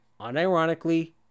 unironically